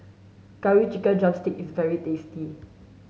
curry chicken drumstick is very tasty